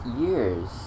years